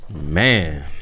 man